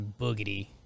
Boogity